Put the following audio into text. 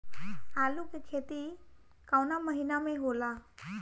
आलू के खेती कवना महीना में होला?